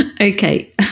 Okay